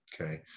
Okay